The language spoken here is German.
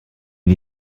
wir